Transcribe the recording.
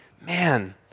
man